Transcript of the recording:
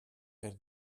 per